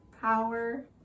power